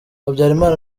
habyarimana